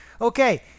okay